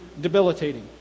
debilitating